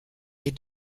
les